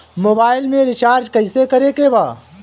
Mobile में recharge कइसे करे के बा?